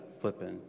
flipping